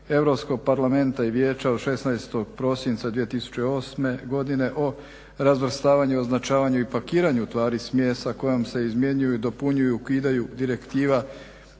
Europskog parlamenta i Vijeća od 16. prosinca 2008. o razvrstavanju, označavanju i pakiranju tvari i smjesa kojom se izmjenjuju, dopunjuju, ukidaju Direktiva